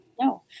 No